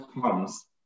comes